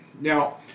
Now